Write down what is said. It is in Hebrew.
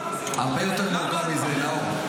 הרבה יותר מורכב מזה, נאור.